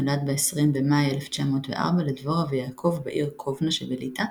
נולד ב-20 במאי 1904 לדבורה ויעקב בעיר קובנה שבליטא,